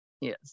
yes